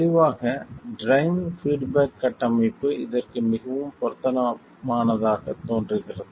தெளிவாக train feedback கட்டமைப்பு இதற்கு மிகவும் பொருத்தமானதாக தோன்றுகிறது